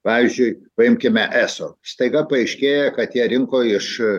pavyzdžiui paimkime eso staiga paaiškėja kad jie rinko iš